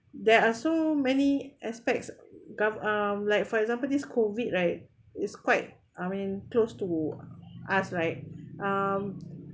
there are so many aspects gor~ um like for example this COVID right is quite I mean close to us right um